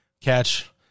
catch